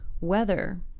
Weather